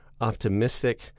optimistic